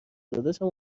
داداشم